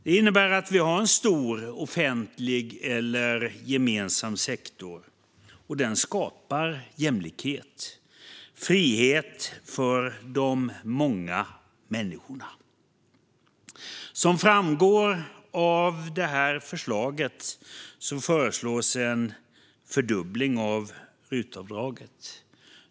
Det innebär att vi har en stor offentlig eller gemensam sektor, och den skapar jämlikhet och frihet för de många människorna. Som framgår av förslaget föreslås en fördubbling av RUT-avdraget.